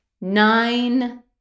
Nine